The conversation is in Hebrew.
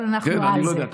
אבל אנחנו על זה.